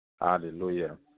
Hallelujah